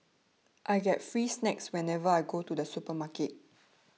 I get free snacks whenever I go to the supermarket